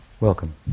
welcome